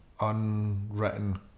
unwritten